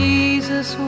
Jesus